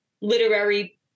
literary